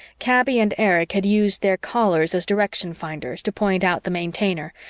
kaby and erich had used their callers as direction finders to point out the maintainer,